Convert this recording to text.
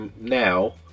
now